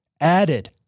added